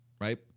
right